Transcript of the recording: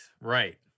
right